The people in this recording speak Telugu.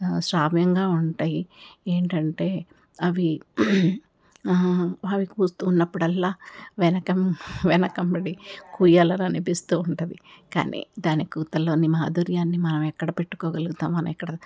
శ్రావ్యంగా ఉంటాయి ఏంటంటే అవి కూస్తున్నప్పుడల్లా వెనక వెనకంబడి కుయ్యాలని అనిపిస్తూ ఉంటుంది కానీ దానికి కూతలోని మాధుర్యాన్ని మనం ఎక్కడ పెట్టుకోగలుగుతాం మనం ఎక్కడ